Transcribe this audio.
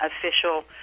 official